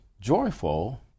joyful